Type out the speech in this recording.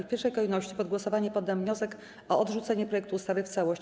W pierwszej kolejności pod głosowanie poddam wniosek o odrzucenie projektu ustawy w całości.